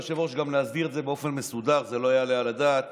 ליושב-ראש להסביר את זה באופן מסודר שזה לא יעלה על הדעת